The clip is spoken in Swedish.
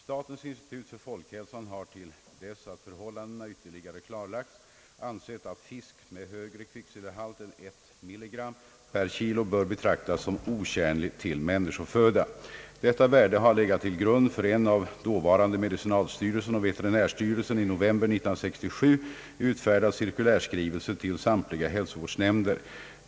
Statens institut för folkhälsan har — till dess att förhållandena ytterligare klarlagts — ansett att fisk med högre kvicksilverhalt än 1 mg per kg bör betraktas som otjänlig till människoföda. Detta värde har legat till grund för en av dåvarande medicinalstyrelsen och veterinärstyrelsen i november 1967 utfärdad cirkulärskrivelse till samtliga hälsovårdsnämnder.